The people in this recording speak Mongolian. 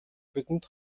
бидэнд